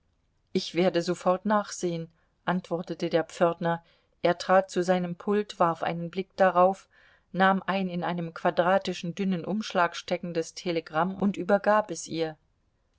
ich werde sofort nachsehen antwortete der pförtner er trat zu seinem pult warf einen blick darauf nahm ein in einem quadratischen dünnen umschlag steckendes telegramm und übergab es ihr